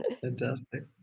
Fantastic